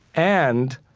and,